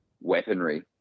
weaponry